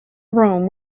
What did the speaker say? rome